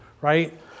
right